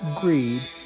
greed